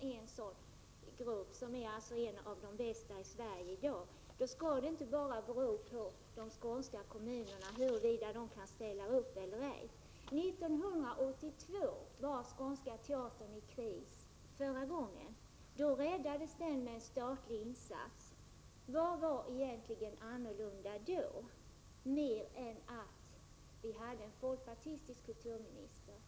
Bengt Göransson och jag har tidigare varit överens om att Skånska Teatern är en av de bästa grupperna i Sverige i dag. År 1982 var Skånska Teatern i kris förra gången. Då räddades den genom en statlig insats. Vad var annorlunda då, mer än att vi hade en folkpartistisk kulturminister?